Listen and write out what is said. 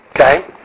Okay